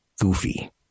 goofy